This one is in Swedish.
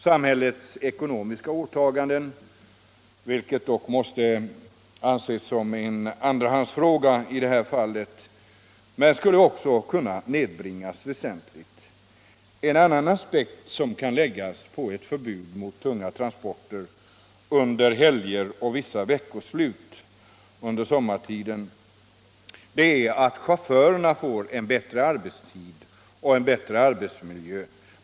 Samhällets ekonomiska åtaganden — vilket dock måste anses som en andrahandsfråga — skulle också kunna nedbringas väsentligt. En annan aspekt, som kan läggas på ett förbud mot tunga transporter under helger och vissa veckoslut sommartid, är att chaufförerna får en bättre arbetstid och arbetsmiljö.